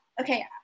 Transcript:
Okay